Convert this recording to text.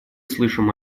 слышим